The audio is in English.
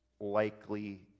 Likely